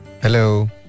Hello